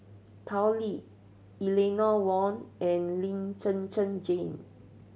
Tao Li Eleanor Wong and Lee Zhen Zhen Jane